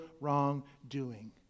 wrongdoing